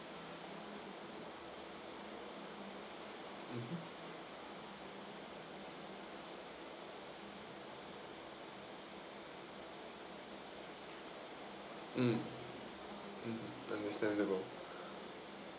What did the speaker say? mm mm understandable